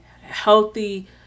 healthy